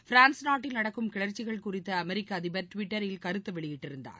France நாட்டில் நடக்கும் கிளர்ச்சிகள் குறித்து அமெரிக்க அதிபர் டுவிட்டரில் கருத்து வெளியிட்டிருந்தார்